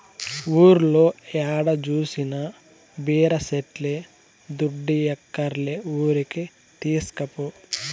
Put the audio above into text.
ఊర్లో ఏడ జూసినా బీర సెట్లే దుడ్డియ్యక్కర్లే ఊరికే తీస్కపో